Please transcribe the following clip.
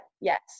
yes